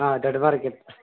ಹಾಂ ದೊಡ್ಡ ಮಾರ್ಕೆಟ್